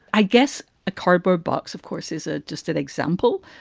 i guess a cardboard box, of course, is ah just an example.